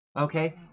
Okay